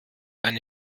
eine